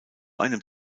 einem